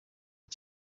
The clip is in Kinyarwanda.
iki